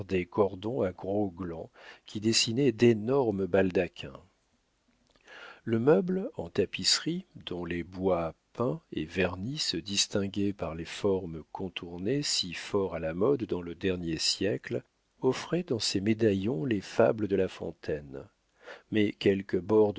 cordons à gros glands qui dessinaient d'énormes baldaquins le meuble en tapisserie dont les bois peints et vernis se distinguaient par les formes contournées si fort à la mode dans le dernier siècle offrait dans ses médaillons les fables de la fontaine mais quelques bords